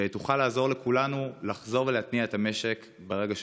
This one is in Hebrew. ותוכל לעזור לכולנו לחזור ולהתניע את המשק ברגע שנוכל.